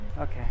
Okay